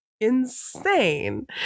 insane